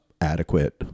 adequate